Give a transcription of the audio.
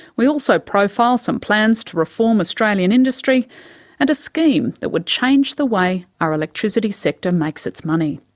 we also profile some plans to reform australian industry and a scheme that would change the way our electricity sector makes its money.